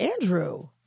Andrew